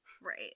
Right